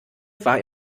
war